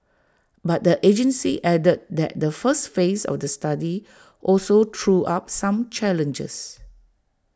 but the agency added that the first phase of the study also threw up some challenges